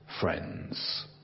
friends